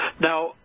Now